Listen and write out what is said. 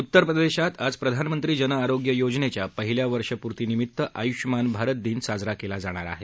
उत्तर प्रदेशात आज प्रधानमंत्री जन आरोग्य योजनेच्या पहिल्या वर्षपूर्तीनिमीत्त आयुष्मान भारत दिन साजरा केला जाणार आहे